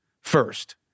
first